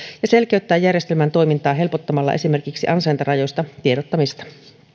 ja selkeyttää järjestelmän toimintaa helpottamalla esimerkiksi ansaintarajoista tiedottamista